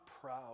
proud